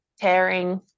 tearing